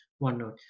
OneNote